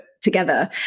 together